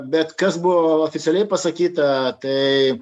bet kas buvo oficialiai pasakyta tai